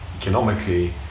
economically